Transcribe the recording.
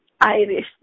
Irish